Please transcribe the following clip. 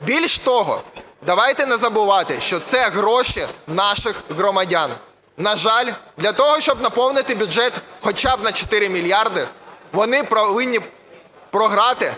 Більш того, давайте не забувати, що це гроші наших громадян. На жаль, для того, щоб наповнити бюджет хоча б на 4 мільярди, вони повинні програти